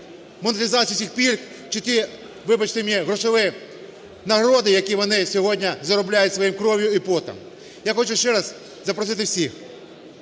монетизацію цих пільг, чи ті, вибачте мені, грошові нагороди, які вони сьогодні заробляють своєю кров'ю і потом. Я хочу ще раз запросити всіх,